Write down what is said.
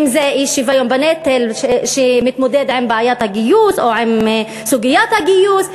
אם אי-שוויון בנטל שמתמודד עם בעיית הגיוס או עם סוגיית הגיוס.